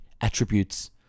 attributes